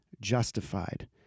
justified